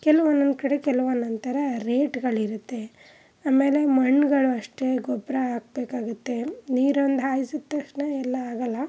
ಕೆಲ್ವೊಂದೊಂದು ಕಡೆ ಕೆಲವೊಂದೊಂದು ಥರ ರೇಟ್ಗಳಿರುತ್ತೆ ಆಮೇಲೆ ಮಣ್ಣುಗಳೂ ಅಷ್ಟೇ ಗೊಬ್ಬರ ಹಾಕ್ಬೇಕಾಗುತ್ತೆ ನೀರೊಂದು ಹಾಯ್ಸಿದ ತಕ್ಷಣ ಎಲ್ಲ ಆಗಲ್ಲ